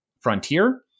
frontier